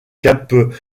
cap